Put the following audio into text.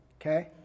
Okay